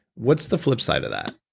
what's the flip side of that?